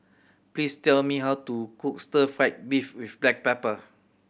please tell me how to cook stir fried beef with black pepper